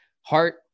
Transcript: heart